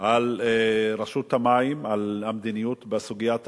על רשות המים, על המדיניות בסוגיית המים.